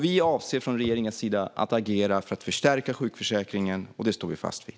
Vi avser från regeringens sida att agera för att förstärka sjukförsäkringen, och det står vi fast vid.